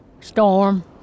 Storm